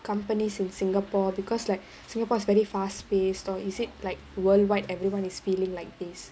companies in singapore because like singapore is very fast paced or is it like worldwide everyone is feeling like this